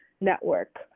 Network